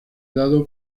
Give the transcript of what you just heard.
dado